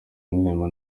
indirimbo